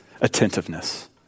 Attentiveness